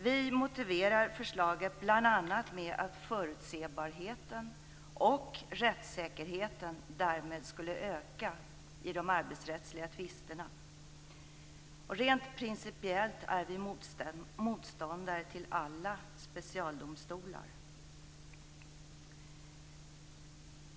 Vi motiverar förlaget bl.a. med att förutsebarheten och rättssäkerheten därmed skulle öka i de arbetsrättsliga tvisterna. Rent principiellt är vi motståndare till alla specialdomstolar.